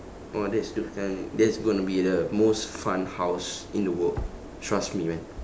!wah! that's that's gonna be the most fun house in the world trust me man